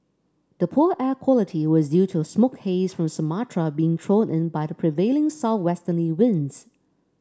the poor air quality was due to smoke haze from Sumatra being blown in by the prevailing southwesterly winds